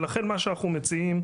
ולכן מה שאנחנו מציעים,